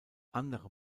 andere